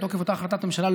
זה מתוקף אותה החלטת ממשלה,